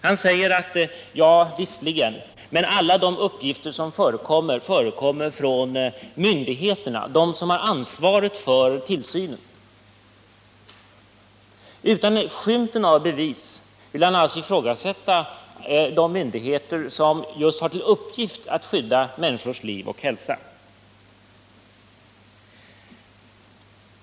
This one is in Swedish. Han säger att alla de uppgifter som föreligger kommer från myndigheterna, de som har ansvaret för tillsynen. Utan skymten av bevis vill han alltså ifrågasätta de myndigheter som just har till uppgift att skydda människors liv och hälsa.